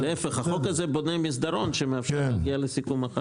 להפך, החוק הזה בונה מסדרון שמאפשר להגיע לסיכום.